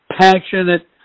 passionate